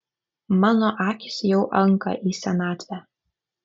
mano akys jau anka į senatvę